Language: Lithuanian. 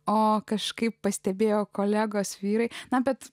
o kažkaip pastebėjo kolegos vyrai na bet